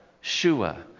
Shua